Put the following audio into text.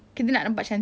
kita nak nampak cantik